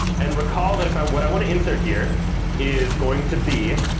and recall that if i what i want to insert here is going to be